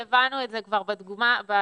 טלי, הבנו את זה כבר בדוגמה הראשונה.